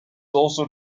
also